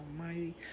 Almighty